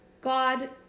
God